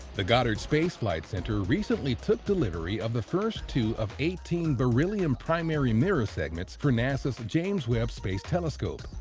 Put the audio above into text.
the goddard space flight center recently took delivery of the first two of eighteen beryllium primary mirror segments for nasa's james webb space telescope.